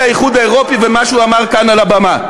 האיחוד האירופי וממה שהוא אמר כאן על הבמה.